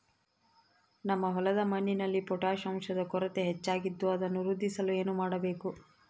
ನಮ್ಮ ಹೊಲದ ಮಣ್ಣಿನಲ್ಲಿ ಪೊಟ್ಯಾಷ್ ಅಂಶದ ಕೊರತೆ ಹೆಚ್ಚಾಗಿದ್ದು ಅದನ್ನು ವೃದ್ಧಿಸಲು ಏನು ಮಾಡಬೇಕು?